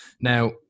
Now